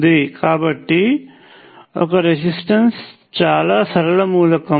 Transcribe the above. కాబట్టి ఒక రెసిస్టెన్స్ చాలా సరళ మూలకం